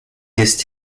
jest